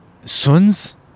Suns